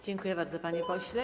Dziękuję bardzo, panie pośle.